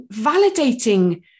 validating